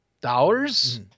dollars